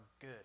good